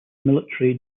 military